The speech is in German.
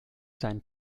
seinen